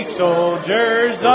soldiers